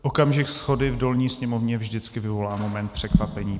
Okamžik shody v dolní sněmovně vždycky vyvolá moment překvapení.